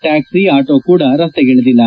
ಟ್ಯಾಪಿ auto ಕೂಡ ರಸ್ತೆಗಿಳಿದಿಲ್ಲ